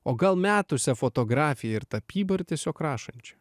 o gal metusią fotografiją tapybą ir tiesiog rašančią